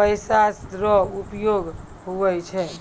पैसा रो उपयोग हुवै छै